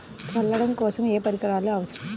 చల్లడం కోసం ఏ పరికరాలు అవసరం?